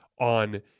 on